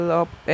up